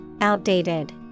outdated